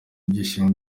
ibyishimo